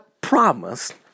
promised